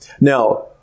Now